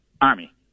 Army